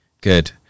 Good